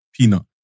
Peanut